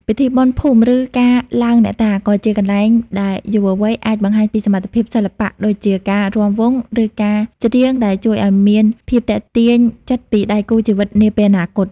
ពិធីបុណ្យភូមិ ឬការឡើងអ្នកតា ក៏ជាកន្លែងដែលយុវវ័យអាចបង្ហាញពីសមត្ថភាពសិល្បៈ ដូចជាការរាំវង់ ឬការច្រៀង ដែលជួយឱ្យមានភាពទាក់ទាញចិត្តពីដៃគូជីវិតនាពេលអនាគត។